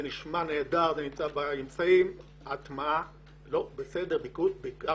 זה נשמע נהדר אך ההטמעה לא בסדר בעיקר